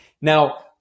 Now